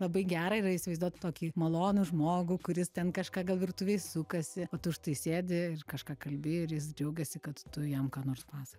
labai gera yra įsivaizduot tokį malonų žmogų kuris ten kažką gal virtuvėj sukasi o tu štai sėdi ir kažką kalbi ir jis džiaugiasi kad tu jam ką nors pasa